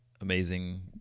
amazing